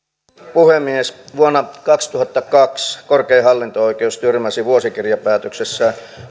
puhemies vuonna kaksituhattakaksi korkein hallinto oikeus tyrmäsi vuosikirjapäätöksessään